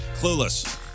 Clueless